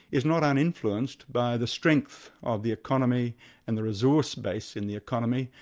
is not uninfluenced by the strength of the economy and the resource base in the economy,